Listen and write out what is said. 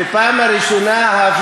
בפעם הראשונה,